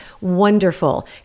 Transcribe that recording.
Wonderful